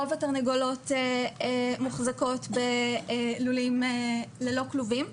רוב התרנגולות מוחזקות בלולים ללא כלובים,